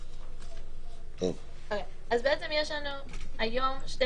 לוועדה -- -בעצם יש לנו היום שתי